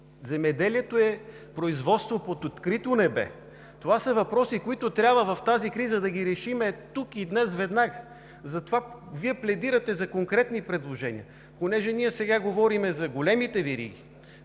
земеделието е производство под открито небе. Това са въпроси, които трябва в тази криза да ги решим тук, днес и веднага. Затова Вие пледирате за конкретни предложения. Понеже ние сега говорим за големите вериги,